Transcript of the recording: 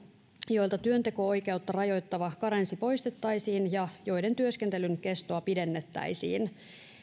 joilta työnteko oikeutta rajoittava karenssi poistettaisiin ja joiden työskentelyn kestoa pidennettäisiin